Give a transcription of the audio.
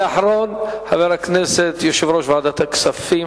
האחרון הוא יושב-ראש ועדת הכספים,